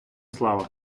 слава